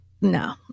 no